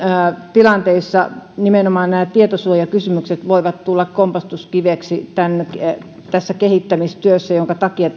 tilanteissa nimenomaan nämä tietosuojakysymykset voivat tulla kompastuskiveksi tässä kehittämistyössä minkä takia